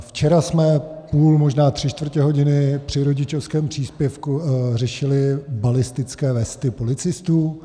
Včera jsme půl, možná tři čtvrtě hodiny při rodičovském příspěvku řešili balistické vesty policistů.